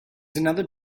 another